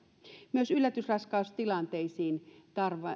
myös yllätysraskaustilanteisiin